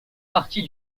partie